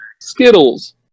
Skittles